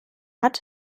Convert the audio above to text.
hat